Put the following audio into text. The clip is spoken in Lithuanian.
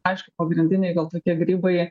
aišku pagrindiniai gal tokie grybai